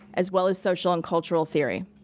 as well as social and cultural theory.